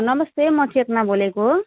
नमस्ते म चेतना बोलेको